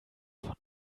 von